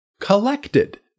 collected